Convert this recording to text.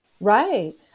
Right